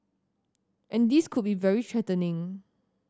and this could be very threatening